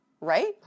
right